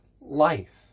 life